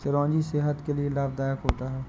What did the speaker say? चिरौंजी सेहत के लिए लाभदायक होता है